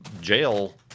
jail